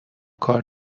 کار